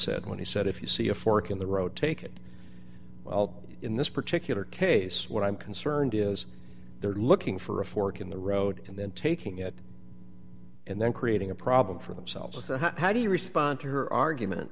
said when he said if you see a fork in the road take it well in this particular case what i'm concerned is they're looking for a fork in the road and then taking it and then creating a problem for themselves with the how do you respond to her